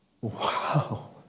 wow